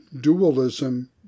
dualism